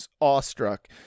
awestruck